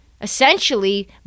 essentially